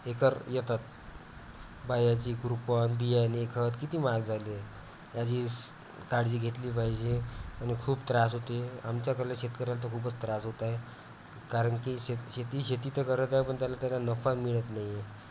acre येतात बायाची खुरपण बियाणे खत किती महाग झाले याचीच काळजी घेतली पाहिजे आणि खूप त्रास होते आमच्याकडल्या शेतकऱ्याला तर खूपच त्रास होत आहे कारण की शे शेती शेती तर करत आहे पण त्याला त्याला नफा मिळत नाही आहे